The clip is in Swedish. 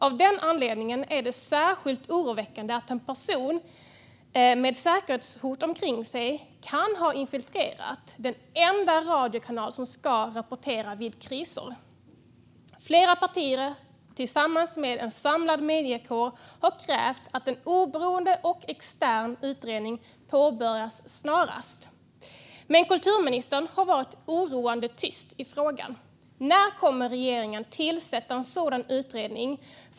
Av den anledningen är det särskilt oroväckande att en person som är ett säkerhetshot kan ha infiltrerat den enda radiokanal som ska rapportera vid kriser. Flera partier tillsammans med en samlad mediekår har krävt att en oberoende, extern utredning påbörjas snarast. Kulturministern har dock varit oroande tyst i frågan. När kommer regeringen att tillsätta en sådan utredning?